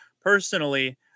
personally